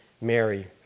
Mary